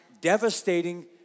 devastating